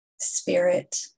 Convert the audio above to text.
spirit